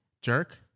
Jerk